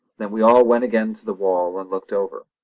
then we all went again to the wall and looked over.